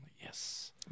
Yes